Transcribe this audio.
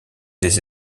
des